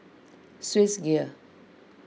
Swissgear